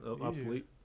obsolete